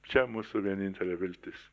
čia mūsų vienintelė viltis